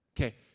Okay